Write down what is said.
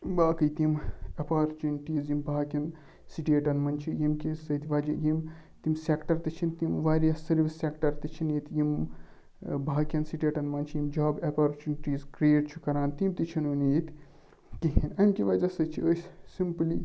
باقٕے تِم اَٮ۪پارچُنٹیٖز یِم باقیَن سِٹیٹَن منٛز چھِ ییٚمہِ کہِ سۭتۍ وجہ یِم تِم سٮ۪کٹَر تہِ چھِنہٕ تِم واریاہ سٔروِس سٮ۪کٹَر تہِ چھِنہٕ ییٚتہِ یِم باقیَن سِٹیٹَن منٛز چھِ یِم جاب ایٚپارچُنٹیٖز کرٛیٹ چھِ کَران تِم تہِ چھِنہٕ ونہِ ییٚتہِ کِہیٖنۍ امہِ کہِ وجہ سۭتۍ چھِ أسۍ سِمپٕلی